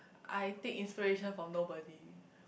I take inspiration from nobody